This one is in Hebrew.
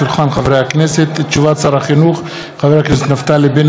הודעת שר החינוך נפתלי בנט על מסקנות ועדת החינוך,